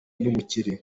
n’ubukire